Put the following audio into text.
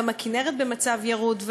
גם הכינרת במצב ירוד,